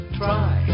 try